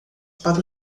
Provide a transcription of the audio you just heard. para